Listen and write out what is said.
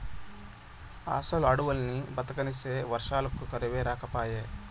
అసలు అడవుల్ని బతకనిస్తే వర్షాలకు కరువే రాకపాయే